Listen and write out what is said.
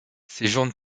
séjourne